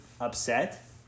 upset